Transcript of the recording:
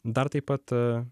dar taip pat